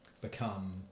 become